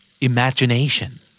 Imagination